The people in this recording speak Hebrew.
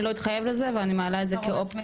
אני לא אתחייב לזה ואני מעלה את זה כאופציה,